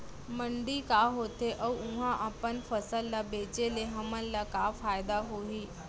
मंडी का होथे अऊ उहा अपन फसल ला बेचे ले हमन ला का फायदा होही?